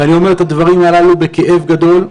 אני אומר את הדברים הללו בכאב גדול.